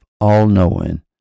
all-knowing